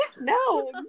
No